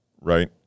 right